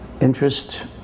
interest